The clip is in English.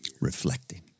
Reflecting